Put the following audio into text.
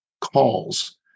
calls